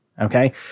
okay